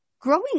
Growing